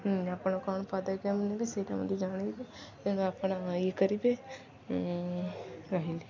ଆପଣ କ'ଣ ପଦକ୍ଷେପ ନେବେ ସେଇଟା ମୋତେ ଜାଣିଇବେ ତେଣୁ ଆପଣ ଇଏ କରିବେ ରହିଲି